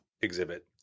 exhibit